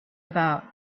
about